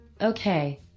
Okay